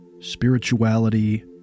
spirituality